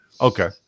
Okay